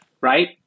right